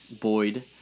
Boyd